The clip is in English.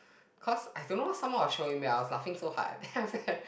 cause I don't know what someone was showing me I was laughing so hard then after that